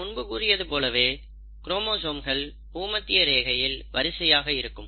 நான் முன்பு கூறியது போலவே குரோமோசோம்கள் பூமத்திய ரேகையில் வரிசையாக இருக்கும்